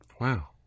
wow